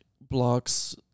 blocks